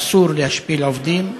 אסור להשפיל עובדים,